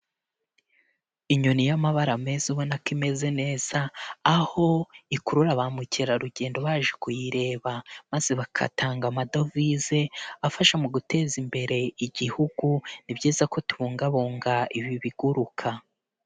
Inyoni y'amabara meza ubona ko imeze neza, aho ikurura ba mukerarugendo baje kuyireba, maze bagatanga amadovize afasha mu guteza imbere igihugu, ni byiza ko tubungabunga ibi biguruka.